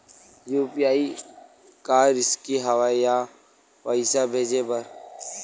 UPI का रिसकी हंव ए पईसा भेजे बर?